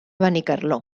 benicarló